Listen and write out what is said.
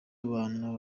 abantu